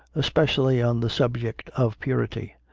especially on the subject of purity.